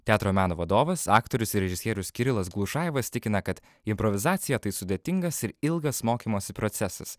teatro meno vadovas aktorius ir režisierius kirilas glušajevas tikina kad improvizacija tai sudėtingas ir ilgas mokymosi procesas